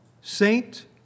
saint